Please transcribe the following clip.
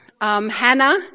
Hannah